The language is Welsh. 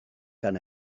gan